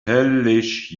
höllisch